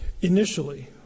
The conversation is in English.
initially